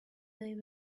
they